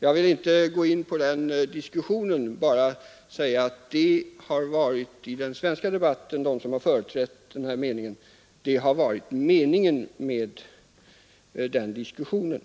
Jag skall inte gå in på den diskussionen utan vill bara notera att den har förekommit.